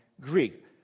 Greek